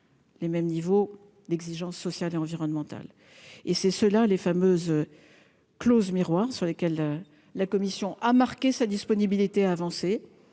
les mêmes niveaux d'exigence sociale et environnementale, et c'est cela les fameuses clauses miroirs sur lesquels la Commission a marqué sa disponibilité avancer,